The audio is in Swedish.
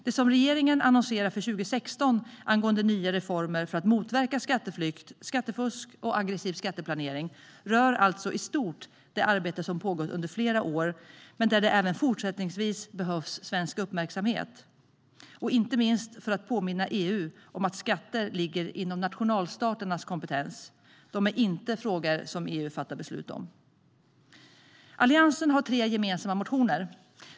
Det som regeringen annonserar för 2016 angående nya reformer för att motverka skatteflykt, skattefusk och aggressiv skatteplanering rör alltså i stort det arbete som pågått under flera år men där det även fortsättningsvis behövs svensk uppmärksamhet. Det handlar inte minst om att påminna EU om att skatter ligger inom nationalstaternas kompetens; de är inte frågor som EU fattar beslut om. Alliansen har tre gemensamma motioner.